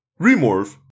remorph